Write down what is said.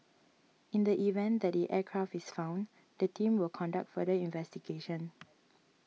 in the event that the aircraft is found the team will conduct further investigation